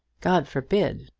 god forbid,